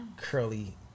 curly